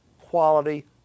quality